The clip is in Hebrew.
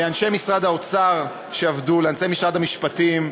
לאנשי משרד האוצר, שעבדו, לאנשי משרד המשפטים,